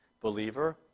Believer